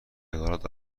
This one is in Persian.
حقارت